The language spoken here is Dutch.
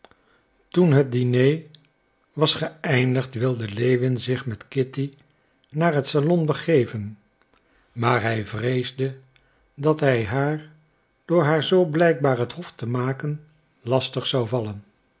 toen het diner was geëindigd wilde lewin zich met kitty naar het salon begeven maar hij vreesde dat hij haar door haar zoo blijkbaar het hof te maken lastig zou vallen